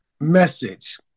message